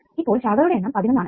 ഇപ്പോൾ ശാഖകളുടെ എണ്ണം 11 ആണ്